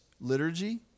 liturgy